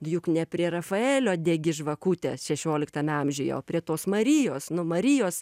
juk ne prie rafaelio degi žvakutę šešioliktame amžiuje o prie tos marijos nu marijos